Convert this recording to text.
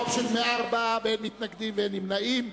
ברוב של 104, באין מתנגדים ואין נמנעים,